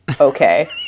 okay